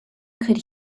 could